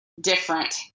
different